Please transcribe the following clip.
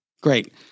Great